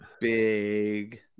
big